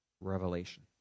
revelation